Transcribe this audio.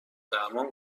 درمان